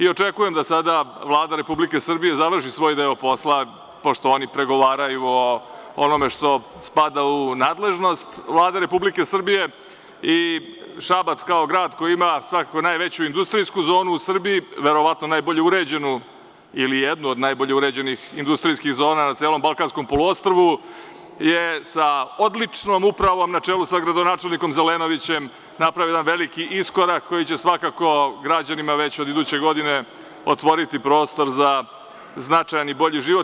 Očekujem da sada Vlada Republike Srbije završi svoj deo posla, pošto oni pregovaraju o onome što spada u nadležnost Vlade Republike Srbije i Šabac, kao grad koji ima svakako najveću industrijsku zonu u Srbiji, verovatno najbolje uređenu ili jednu od najbolje uređenih industrijskih zona na celom Balkanskom poluostrvu, je sa odličnom upravom, na čelu sa gradonačelnikom Zelenovićem, napravio jedan veliki iskorak koji će svakako građanima već od iduće godine otvoriti prostor za značajan i bolji život.